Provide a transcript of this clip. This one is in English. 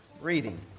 reading